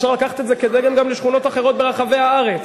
אפשר לקחת את זה כדגם גם לשכונות אחרות ברחבי הארץ.